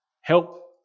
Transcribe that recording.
help